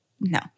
no